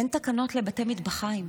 אין תקנות לבתי מטבחיים.